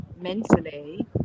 mentally